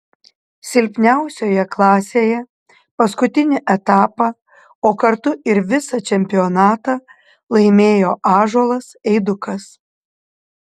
silpniausioje klasėje paskutinį etapą o kartu ir visą čempionatą laimėjo ąžuolas eidukas